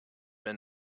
been